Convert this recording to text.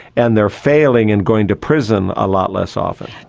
and they are failing and going to prison a lot less often.